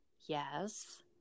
Yes